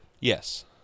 yes